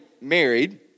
married